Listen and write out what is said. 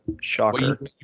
Shocker